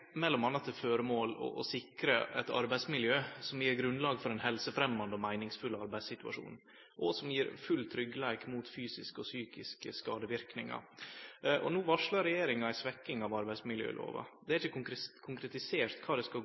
til føremål å sikre eit arbeidsmiljø som gir grunnlag for ein helsefremjande og meiningsfull arbeidssituasjon, og som gir full tryggleik mot fysiske og psykiske skadeverknader. No varslar regjeringa ei svekking av arbeidsmiljølova. Det er ikkje konkretisert kva dette skal